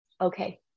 Okay